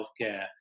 healthcare